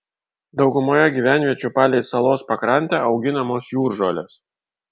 daugumoje gyvenviečių palei salos pakrantę auginamos jūržolės